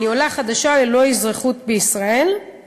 אני עולה חדשה ללא אזרחות ישראלית.